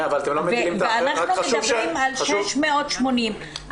אנחנו מדברות על 680 נשים.